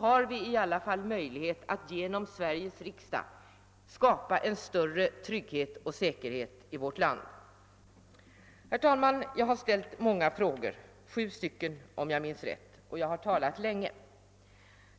har vi i aila fall möjlighet ait genom Sveriges riksdag skapa en större trygg het och säkerhet i vårt land. Herr talman! Jag har ställt många frågor — sju stycken om jag räknar rätt — och jag har talat länge.